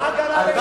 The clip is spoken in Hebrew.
תראה, מולה.